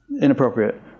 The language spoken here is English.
inappropriate